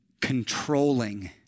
controlling